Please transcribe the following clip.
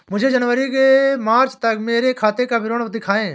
मुझे जनवरी से मार्च तक मेरे खाते का विवरण दिखाओ?